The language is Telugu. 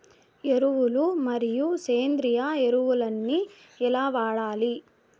ఎరువులు మరియు సేంద్రియ ఎరువులని ఎలా వాడాలి?